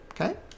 Okay